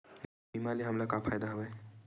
बीमा ले हमला का फ़ायदा हवय?